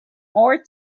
more